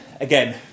again